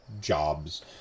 jobs